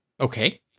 Okay